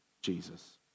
Jesus